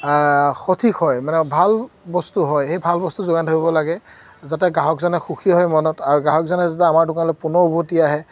সঠিক হয় মানে ভাল বস্তু হয় সেই ভাল বস্তু যোগান ধৰিব লাগে যাতে গ্ৰাহকজনে সুখী হয় মনত আৰু গ্ৰাহকজনে যেতিয়া আমাৰ দোকানলৈ পুনৰ উভতি আহে